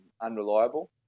unreliable